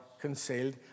concealed